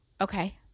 Okay